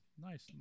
nice